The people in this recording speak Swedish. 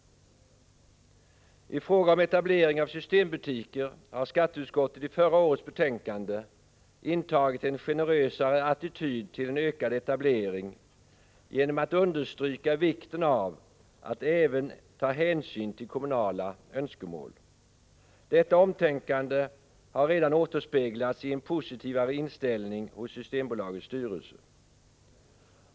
I fråga om etablering av systembutiker har skatteutskottet i förra årets betänkande intagit en generösare attityd till en ökad etablering genom att understryka vikten av att man även tar hänsyn till kommunala önskemål. Detta omtänkande har redan återspeglats i en positivare inställning i Systembolagets styrelse.